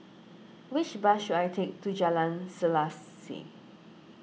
which bus should I take to Jalan Selaseh